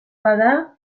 bada